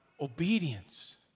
obedience